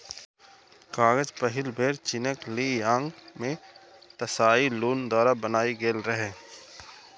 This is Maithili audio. कागज पहिल बेर चीनक ली यांग मे त्साई लुन द्वारा बनाएल गेल रहै